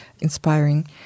inspiring